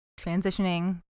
transitioning